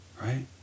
right